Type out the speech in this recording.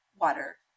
water